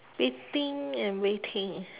waiting and waiting